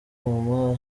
maman